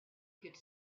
could